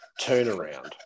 turnaround